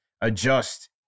adjust